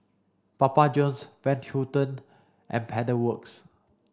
Papa Johns Van Houten and Pedal Works